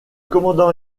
commandant